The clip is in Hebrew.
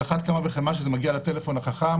על אחת כמה וכמה כשזה מגיע לטלפון החכם